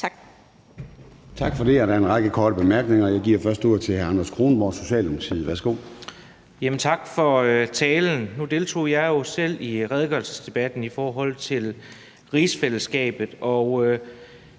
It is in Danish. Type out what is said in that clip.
Tak for det. Der er en række korte bemærkninger, og jeg giver først ordet til hr. Anders Kronborg, Socialdemokratiet. Værsgo. Kl. 21:54 Anders Kronborg (S): Tak for talen. Nu deltog jeg jo selv i redegørelsesdebatten om rigsfællesskabet,